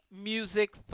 music